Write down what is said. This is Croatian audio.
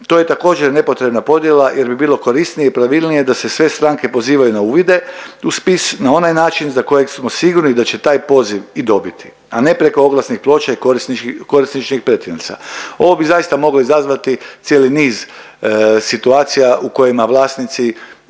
To je također nepotrebna podjela jer bi bilo korisnije i pravilnije da se sve stranke pozivaju na uvide u spis na onaj način za kojeg smo sigurni da će taj poziv i dobiti, a ne preko oglasnih ploča i korisničkih, korisničkih pretinaca. Ovo bi zaista moglo izazvati cijeli niz situacija u kojima vlasnici